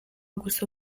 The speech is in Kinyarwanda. gusa